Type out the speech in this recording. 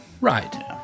Right